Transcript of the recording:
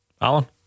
Alan